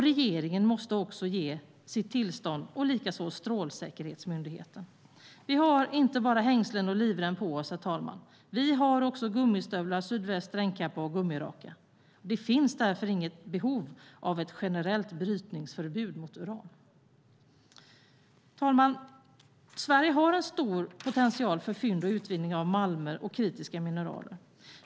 Regeringen måste också ge sitt tillstånd och likaså Strålsäkerhetsmyndigheten. Vi har inte bara hängslen och livrem på oss, herr talman. Vi har också gummistövlar, sydväst, regnkappa och gummiraka. Det finns därför inget behov av ett generellt brytningsförbud mot uran. Herr talman! Sverige har en stor potential för fynd och utvinning av malmer och kritiska mineraler.